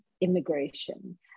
immigration